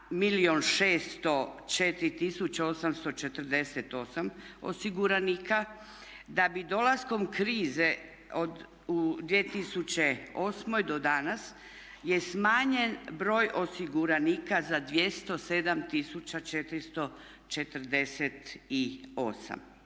604 848 osiguranika, da bi dolaskom krize u 2008. do danas je smanjen broj osiguranika za 207 448.